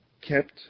kept